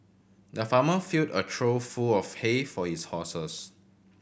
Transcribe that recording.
the farmer filled a trough full of hay for his horses